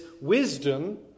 wisdom